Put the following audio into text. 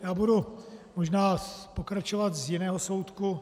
Já budu možná pokračovat z jiného soudku.